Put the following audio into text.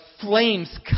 flames